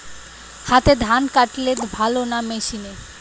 হাতে ধান কাটলে ভালো না মেশিনে?